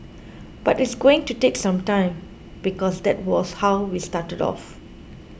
but it's going to take some time because that was how we started off